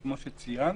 וכמו שציינת,